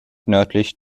nördlich